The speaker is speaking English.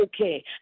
okay